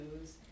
news